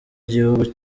gihugu